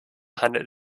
handelt